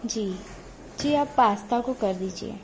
जी जी आप पास्ता को कर दीजिए